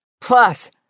Plus